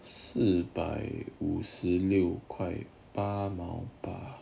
四百五十六块八毛八